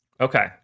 Okay